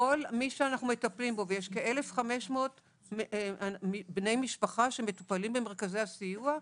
כל מי שאנחנו מטפלים בו ויש כ-1,500 בני משפחה שמטופלים במרכזי הסיוע,